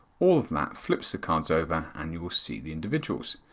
all of that flips the cards over and you will see the individuals.